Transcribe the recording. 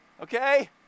okay